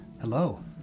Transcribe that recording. Hello